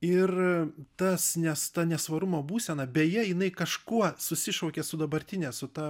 ir tas nes ta nesvarumo būsena beje jinai kažkuo susišaukia su dabartine su ta